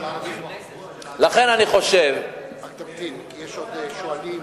לכן אני חושב, תמתין, כי יש עוד שואלים.